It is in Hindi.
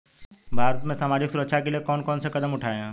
भारत में सामाजिक सुरक्षा के लिए कौन कौन से कदम उठाये हैं?